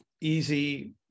easy